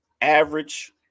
average